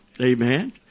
Amen